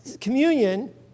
communion